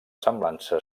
semblança